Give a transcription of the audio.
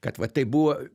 kad va tai buvo